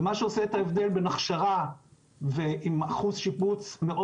ומה שעושה את ההבדל בין הכשרה עם אחוז שיבוץ מאוד